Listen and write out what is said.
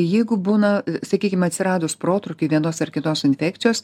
jeigu būna sakykim atsiradus protrūkiui vienos ar kitos infekcijos